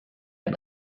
ein